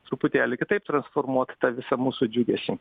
truputėlį kitaip transformuot tą visą mūsų džiugesį